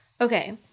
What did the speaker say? okay